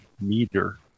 meter